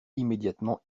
immédiatement